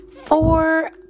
four